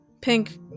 Pink